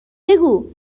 بگو